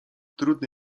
trudny